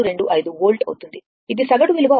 625 volt అవుతుంది ఇది సగటు విలువ అవుతుంది